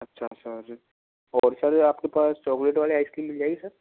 अच्छा सर और सर आपके पास चॉकलेट वाली आइसक्रीम मिल जिल जाएगी सर